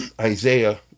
Isaiah